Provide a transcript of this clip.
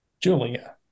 Julia